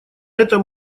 этом